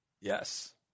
Yes